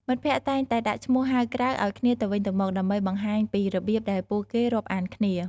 មិត្តភក្តិតែងតែដាក់ឈ្មោះហៅក្រៅឱ្យគ្នាទៅវិញទៅមក ដើម្បីបង្ហាញពីរបៀបដែលពួកគេរាប់អានគ្នា។